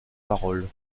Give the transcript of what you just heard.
paroles